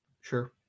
Sure